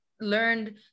learned